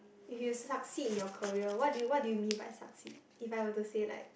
if you succeed in your career what do you what do you mean by succeed if I were to say like